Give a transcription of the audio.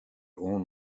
own